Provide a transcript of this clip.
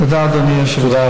תודה, אדוני היושב-ראש.